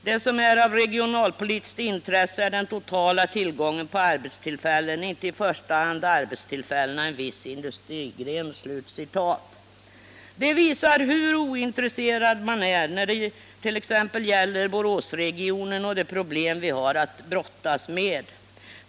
Det som är av regionalpolitiskt intresse är den totala tillgången på arbetstillfällen, inte i första hand arbetstillfällena i en viss industrigren.” Det visar hur ointresserad man är när det t.ex. gäller Boråsregionen och de problem vi har att brottas med där.